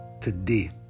today